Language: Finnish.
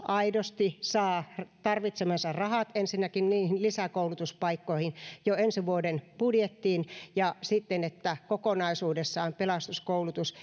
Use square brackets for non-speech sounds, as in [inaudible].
aidosti saa tarvitsemansa rahat ensinnäkin niihin lisäkoulutuspaikkoihin jo ensi vuoden budjettiin ja sitten siitä että kokonaisuudessaan pelastuskoulutus [unintelligible]